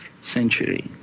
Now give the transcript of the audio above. century